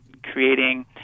creating